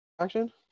action